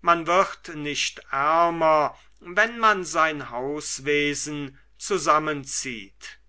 man wird nicht ärmer wenn man sein hauswesen zusammenzieht